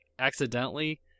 accidentally